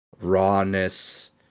rawness